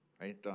Right